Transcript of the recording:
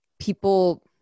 people